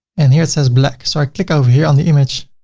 and here it says, black. so i click over here on the image